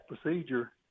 procedure